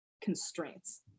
constraints